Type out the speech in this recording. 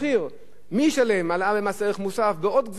מי ישלם את ההעלאה במס ערך מוסף ועוד גזירות כלכליות,